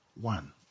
one